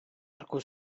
arku